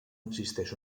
existeix